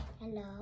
Hello